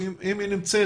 אם היא נמצאת,